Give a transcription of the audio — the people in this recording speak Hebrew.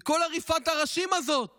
כל עריפת הראשים הזאת